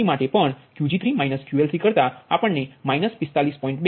એ જ રીતે Q3માટે પણ Qg3 −QL3કરતા આપણને 45